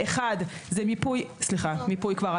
אחד זה מיפוי --- לא,